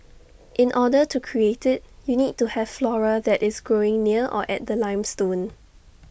in order to create IT you need to have flora that is growing near or at the limestone